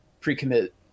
pre-commit